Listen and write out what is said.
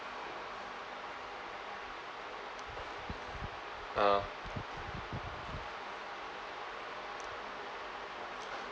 ah